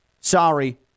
Sorry